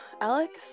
Alex